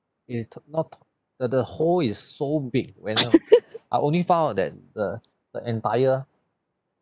it not the the hole is so big when um I only found out that the the entire